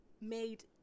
made